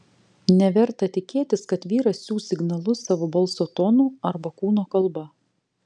neverta tikėtis kad vyras siųs signalus savo balso tonu arba kūno kalba